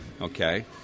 Okay